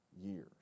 years